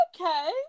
okay